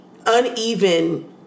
uneven